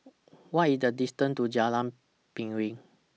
What IS The distance to Jalan Piring